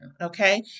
Okay